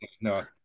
no